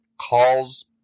calls